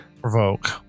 Provoke